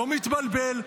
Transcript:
לא מתבלבל,